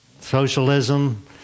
socialism